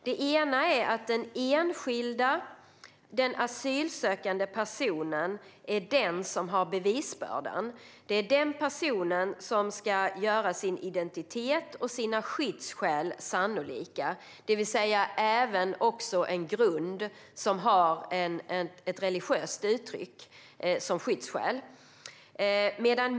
Den enskilda, den asylsökande personen, är den som har bevisbördan. Det är den personen som ska göra sin identitet och sina skyddsskäl sannolika, det vill säga även ett skyddsskäl som har ett religiöst uttryck som grund.